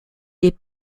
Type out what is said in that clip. des